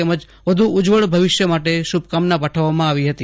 તેમજ વધુ ઉજ્જવળ ભવિષ્ય માટે શુભકામના પાઠવી હતી